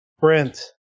Brent